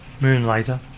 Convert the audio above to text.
Moonlighter